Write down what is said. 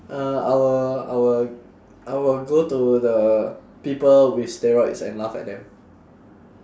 uh I will I will I will go to the people with steroids and laugh at them